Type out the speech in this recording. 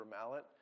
mallet